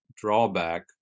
drawback